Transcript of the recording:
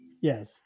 Yes